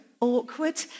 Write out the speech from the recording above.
awkward